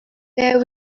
there